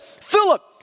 Philip